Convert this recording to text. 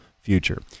future